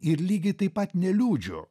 ir lygiai taip pat neliūdžiu